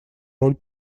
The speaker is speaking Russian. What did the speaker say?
роль